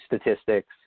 statistics